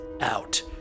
out